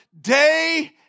day